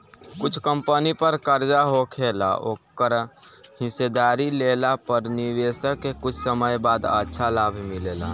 कुछ कंपनी पर कर्जा होखेला ओकर हिस्सेदारी लेला पर निवेशक के कुछ समय बाद अच्छा लाभ मिलेला